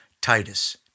Titus